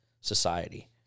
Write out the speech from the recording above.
society